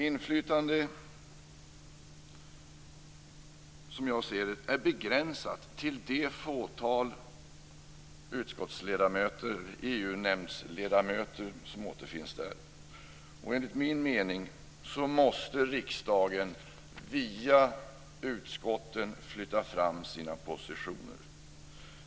Inflytandet, som jag ser det, är begränsat till de fåtal ledamöter som återfinns i EU-nämnden. Enligt min mening måste riksdagen flytta fram sina positioner via utskotten.